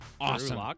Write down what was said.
awesome